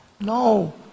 No